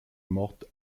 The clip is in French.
mortes